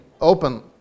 open